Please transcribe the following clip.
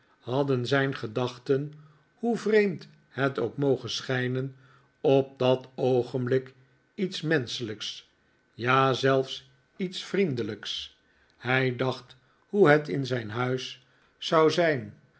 hadden zijn gedachten hoe vreemd het ook moge schijnen op dat oogenblik iets menschelijks ja zelfs iets vriendelijks hij dacht hoe het in zijn huis zou zijn